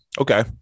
okay